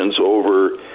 over